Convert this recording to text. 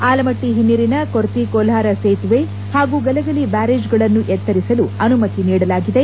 ಆಲಮಟ್ಟ ಹಿನ್ನೀರಿನ ಕೊರ್ತಿ ಕೊಲ್ವಾರ ಸೇತುವೆ ಹಾಗೂ ಗಲಗಲಿ ಬ್ವಾರೇಜ್ಗಳನ್ನು ಎತ್ತರಿಸಲು ಅನುಮತಿ ನೀಡಲಾಗಿದೆ